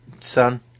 son